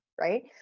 right